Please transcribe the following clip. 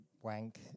wank